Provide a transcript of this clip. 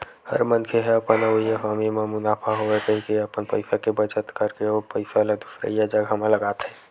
हर मनखे ह अपन अवइया समे म मुनाफा होवय कहिके अपन पइसा के बचत करके ओ पइसा ल दुसरइया जघा म लगाथे